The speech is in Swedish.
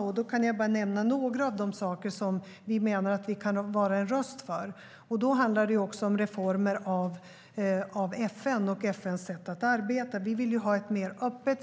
Jag kan nämna några av de frågor där vi kan vara en röst. Det handlar också om reformer av FN och FN:s sätt att arbeta. Vi vill ha ett mer öppet,